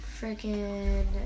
freaking